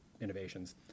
innovations